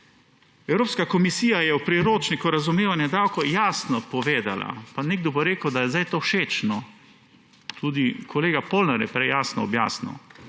Evropska komisija je v priročniku Razumevanje davkov jasno povedla, pa nekdo bo rekel, da je sedaj to všečno. Tudi kolega Polnar je prej jasno objasnil,